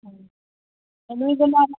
ఎనిమిదిన్నర